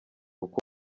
uko